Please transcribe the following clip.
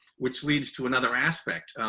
which leads to another aspect.